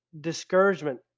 discouragement